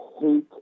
hate